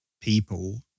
people